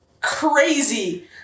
crazy